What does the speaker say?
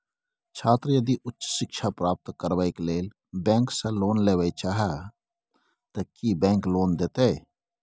छात्र यदि उच्च शिक्षा प्राप्त करबैक लेल बैंक से लोन लेबे चाहे ते की बैंक लोन देतै?